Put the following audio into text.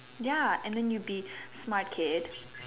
ya and then you'll be smart kid